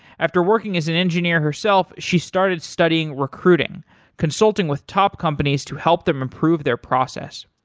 after working as an engineer herself, she started studying recruiting consulting with top companies to help them improve their process.